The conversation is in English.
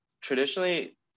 traditionally